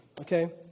Okay